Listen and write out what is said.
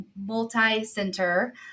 multi-center